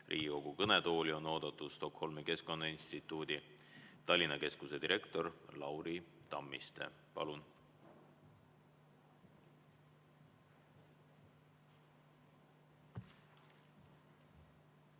Riigikogu kõnetooli on oodatud Stockholmi Keskkonnainstituudi Tallinna Keskuse direktor Lauri Tammiste. Palun!